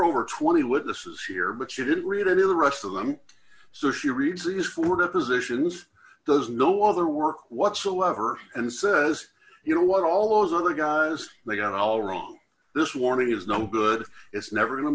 over twenty witnesses here but you didn't read it in the rest of them so she reaches for depositions those no other work whatsoever and says you know what all those other guys they got all wrong this warming is no good it's never going to